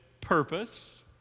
purpose